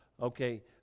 Okay